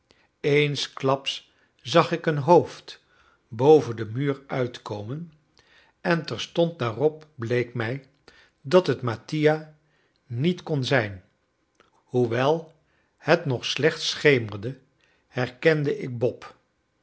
eensklaps zag ik een hoofd boven den muur uitkomen en terstond daarop bleek mij dat het mattia niet kon zijn hoewel het nog slechts schemerde herkende ik bob